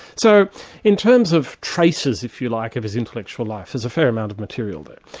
so in terms of traces, if you like, of his intellectual life, there's a fair amount of material there.